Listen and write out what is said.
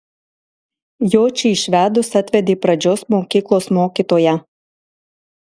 jočį išvedus atvedė pradžios mokyklos mokytoją